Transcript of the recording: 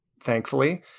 thankfully